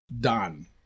Done